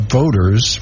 voters